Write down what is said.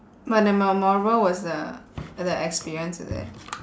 but the memorable was the the experience is it